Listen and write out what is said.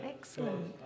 Excellent